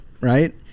right